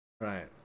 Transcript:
Right